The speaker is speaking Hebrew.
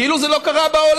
כאילו זה לא קרה בעולם.